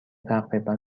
تقریبا